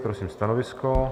Prosím stanovisko.